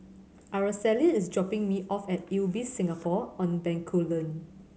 Araceli is dropping me off at Ibis Singapore On Bencoolen